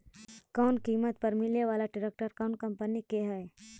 कम किमत पर मिले बाला ट्रैक्टर कौन कंपनी के है?